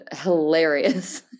hilarious